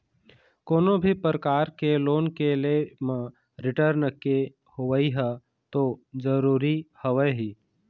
कोनो भी परकार के लोन के ले म रिर्टन के होवई ह तो जरुरी हवय ही